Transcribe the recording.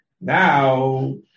Now